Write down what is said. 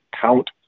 count